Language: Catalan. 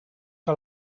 que